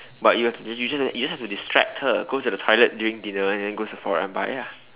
but you you just have to you just have to distract her go to the toilet during dinner and then go Sephora and buy ah